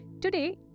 Today